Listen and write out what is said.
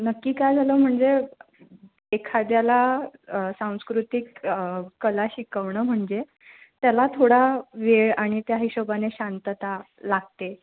नक्की काय झालं म्हणजे एखाद्याला सांस्कृतिक कला शिकवणं म्हणजे त्याला थोडा वेळ आणि त्या हिशोबाने शांतता लागते